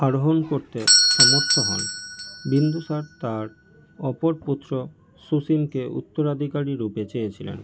আরোহণ করতে সমর্থ হন বিন্দুসার তার অপর পুত্র সুসীমকে উত্তরাধিকারী রূপে চেয়েছিলেন